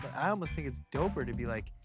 i almost think it's doper to be like,